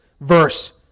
verse